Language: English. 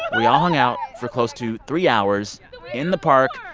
we all hung out for close to three hours in the park,